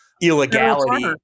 illegality